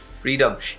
freedom